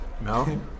no